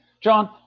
John